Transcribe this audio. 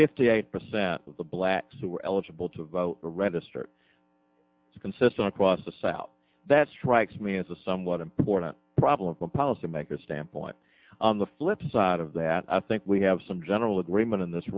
fifty eight percent of the blacks who are eligible to vote registered consistent across the south that strikes me as a somewhat important problem policymakers standpoint on the flipside of that i think we have some general agreement in this